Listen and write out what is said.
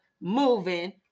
moving